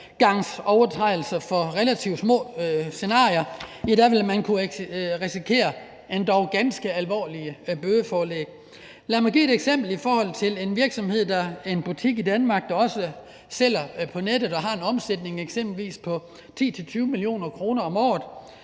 førstegangsovertrædelser og relativt små scenarier vil kunne risikere endog ganske alvorlige bødeforlæg. Lad mig give et eksempel med en butik i Danmark, der også sælger på nettet og har en omsætning på eksempelvis 10-20 mio. kr. om året: